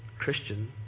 Christian